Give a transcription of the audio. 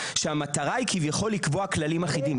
שהמטרה היא כביכול לקבוע כללים אחידים.